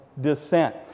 descent